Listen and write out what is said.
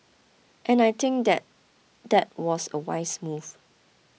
and I think that that was a wise move